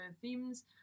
themes